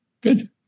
Good